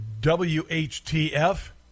W-H-T-F